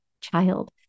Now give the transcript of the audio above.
child